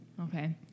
Okay